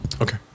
Okay